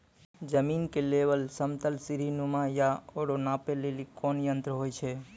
जमीन के लेवल समतल सीढी नुमा या औरो नापै लेली कोन यंत्र होय छै?